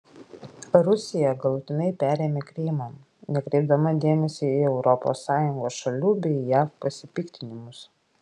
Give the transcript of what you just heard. rusija galutinai perėmė krymą nekreipdama dėmesio į europos sąjungos šalių bei jav pasipiktinimus